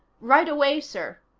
right away, sir.